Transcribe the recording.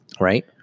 Right